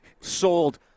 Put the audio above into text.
sold